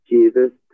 Jesus